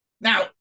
Now